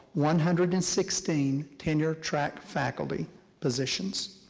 one hundred and sixteen tenure track faculty positions.